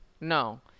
no